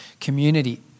community